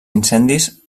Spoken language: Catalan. incendis